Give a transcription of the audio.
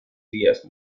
vías